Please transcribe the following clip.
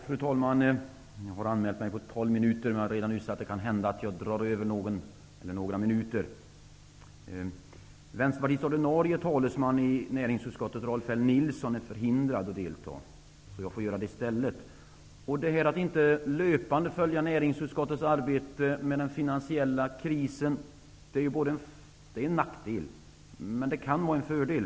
Fru talman! Vänsterpartiets ordinarie talesman i näringsutskottet Rolf L Nilson är förhindrad att delta, och jag får göra det i stället. Detta att inte löpande följa näringsutskottets arbete med den finansiella krisen är en nackdel, men det kan också vara en fördel.